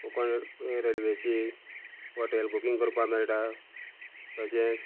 Konkan rail रेल्वेची hotel booking करपा मेळटा तशेंच